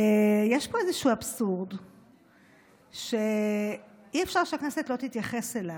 יש פה איזשהו אבסורד שאי-אפשר שהכנסת לא תייחס אליו.